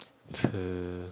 吃